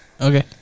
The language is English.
okay